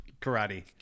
karate